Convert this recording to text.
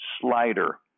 slider